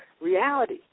reality